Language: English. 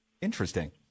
Interesting